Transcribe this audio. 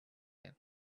when